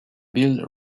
bill